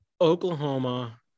Oklahoma